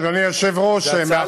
אדוני היושב-ראש, זו הצעה לסדר-היום.